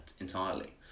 entirely